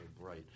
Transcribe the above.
bright